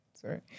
Sorry